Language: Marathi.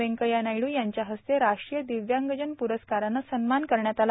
व्यंकैय्या नायड् यांच्या हस्ते राष्ट्रीय दिव्यांगजन प्रस्काराने सन्मान करण्यात आला